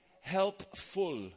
helpful